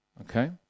Okay